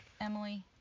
Emily